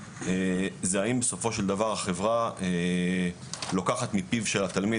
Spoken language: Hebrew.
זה האם בסופו של דבר החברה לוקחת מפיו של התלמיד,